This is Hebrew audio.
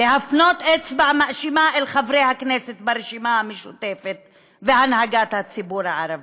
להפנות אצבע מאשימה אל חברי הכנסת ברשימה המשותפת ובהנהגת הציבור הערבי.